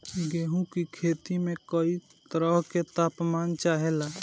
गेहू की खेती में कयी तरह के ताप मान चाहे ला